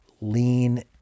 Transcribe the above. Lean